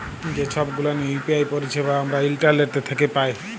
যে ছব গুলান ইউ.পি.আই পারিছেবা আমরা ইন্টারলেট থ্যাকে পায়